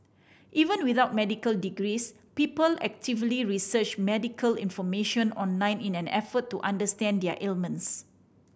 even without medical degrees people actively research medical information online in an effort to understand their ailments